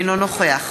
אינו נוכח